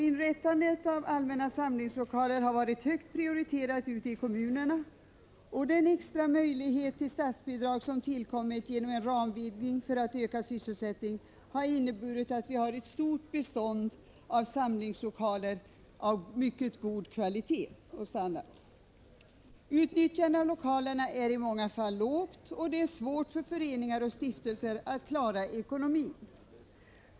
Inrättandet av allmänna samlingslokaler har varit högt prioriterat ute i kommunerna, och den extra möjlighet till statsbidrag som tillkommit genom en ramvidgning för att öka sysselsättningen har inneburit att vi nu har ett stort bestånd av samlingslokaler med mycket god standard. Utnyttjandet av lokalerna är i många fall dåligt, och det är svårt för föreningar och stiftelser att klara ekonomin.